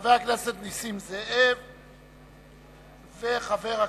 חבר הכנסת נסים זאב וחבר הכנסת,